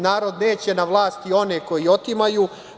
Narod neće na vlasti one koji otimaju.